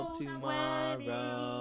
tomorrow